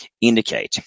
indicate